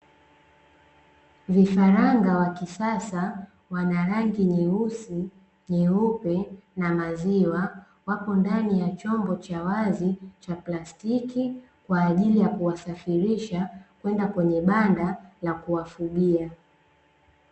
Vifaranga wa kisasa wana rangi nyeusi, nyeupe na maziwa wapo ndani ya chombo cha wazi cha plastiki, kwa ajili ya kuwasafirisha kwenda kwenye banda la kufugia.